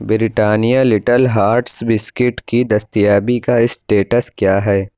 Britannia little hearts biscuit کی دستیابی کا اسٹیٹس کیا ہے